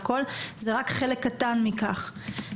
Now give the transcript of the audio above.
זה רק חלק קטן מכך.